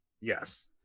Yes